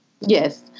Yes